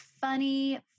funny